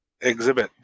exhibit